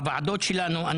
בוועדות שלנו,